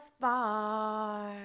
far